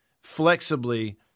flexibly